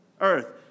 Earth